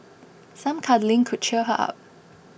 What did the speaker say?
some cuddling could cheer her up